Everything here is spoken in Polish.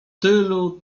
tylu